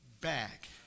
back